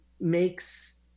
makes